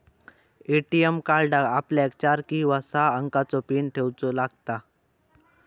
ATM कार्डाक आपल्याक चार किंवा सहा अंकाचो पीन ठेऊचो लागता